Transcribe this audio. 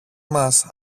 μας